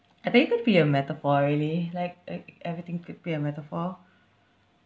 I think it could be a metaphor really like like everything could be a metaphor